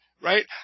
right